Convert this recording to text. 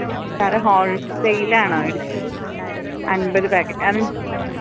സാറെ ഹോള് സെയിലാണോ അമ്പത് പായ്ക്കറ്റോ അത്